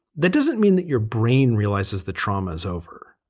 that doesn't mean that your brain realizes the trauma is over.